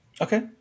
Okay